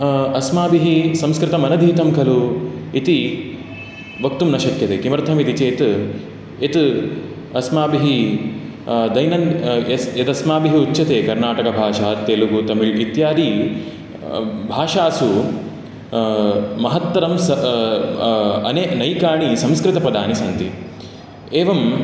अस्माभिः संस्कृतमनधीतं खलु इति वक्तुं न शक्यते किमर्थम् इति चेत् यत् अस्माभिः दैन यदस्माभिः उच्यते कर्नाटकभाषा तेलुगु तमिल् इत्यादि भाषासु महत्तरं स अने नैकानि संस्कृतपदानि सन्ति एवम्